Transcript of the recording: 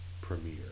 premiere